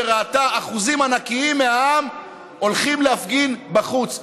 שראתה אחוזים ענקיים מהעם הולכים להפגין בחוץ.